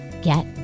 Get